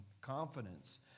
confidence